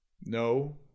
No